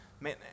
man